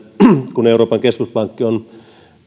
kun euroopan keskuspankki on